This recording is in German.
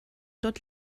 dort